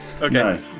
Okay